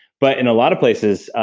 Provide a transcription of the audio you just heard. but in a lot of places,